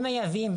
המייבאים,